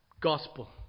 gospel